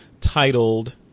titled